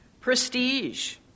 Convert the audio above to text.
prestige